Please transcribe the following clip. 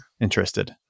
interested